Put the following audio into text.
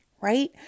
right